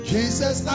Jesus